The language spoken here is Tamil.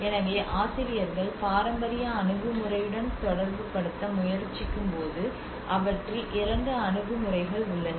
எனவே ஆசிரியர்கள் பாரம்பரிய அணுகுமுறையுடன் தொடர்புபடுத்த முயற்சிக்கும்போது அவற்றில் இரண்டு அணுகுமுறைகள் உள்ளன